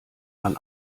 man